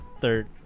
third